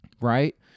Right